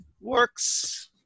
works